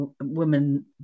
women